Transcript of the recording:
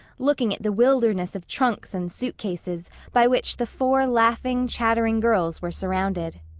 looking at the wilderness of trunks and suitcases by which the four laughing, chattering girls were surrounded.